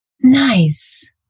Nice